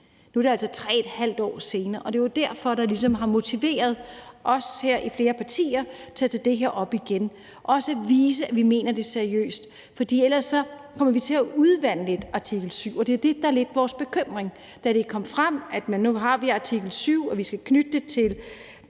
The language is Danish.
Nu er det altså 3½ år siden, og det er jo det, der ligesom har motiveret os, flere partier, til at tage det her op igen og også vise, at vi mener det seriøst. For ellers kommer vi lidt til at udvande artikel 7, og det er det, der er vores bekymring. Da det kom frem, at nu har vi artikel 7, og vi skal knytte det til